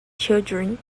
children